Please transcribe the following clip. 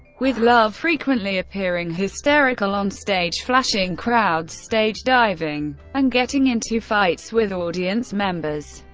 with love frequently appearing hysterical onstage, flashing crowds, stage diving, and getting into fights with audience members.